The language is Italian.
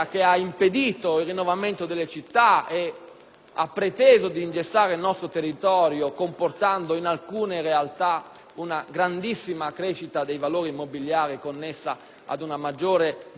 ha preteso di ingessare il nostro territorio, comportando in alcune realtà una grandissima crescita del valore dei beni immobiliari, connessa ad una maggiore domanda rispetto all'offerta del mercato.